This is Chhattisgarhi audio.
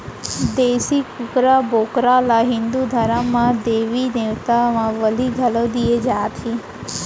देसी कुकरा, बोकरा ल हिंदू धरम म देबी देवता म बली घलौ दिये जाथे